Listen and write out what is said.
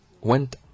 went